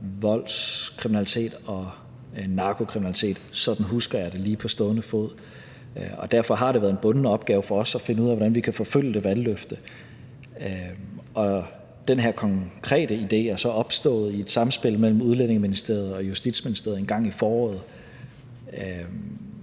voldskriminalitet og narkokriminalitet – sådan husker jeg det lige på stående fod. Derfor har det været en bunden opgave for os at finde ud af, hvordan vi kan forfølge det valgløfte. Den her konkrete idé er så opstået i et samspil mellem Udlændinge- og Integrationsministeriet og Justitsministeriet engang i foråret,